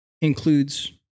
includes